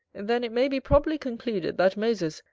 then it may be probably concluded, that moses,